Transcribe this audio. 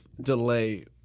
delay